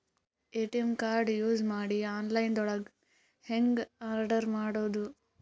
ATM card use ಮಾಡಿ online ದೊಳಗೆ ಹೆಂಗ್ ಆರ್ಡರ್ ಮಾಡುದು?